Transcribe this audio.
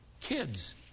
Kids